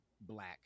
black